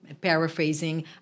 paraphrasing